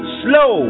slow